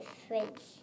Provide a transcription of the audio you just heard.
fridge